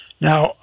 Now